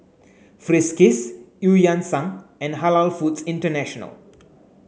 Friskies Eu Yan Sang and Halal Foods International